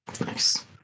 nice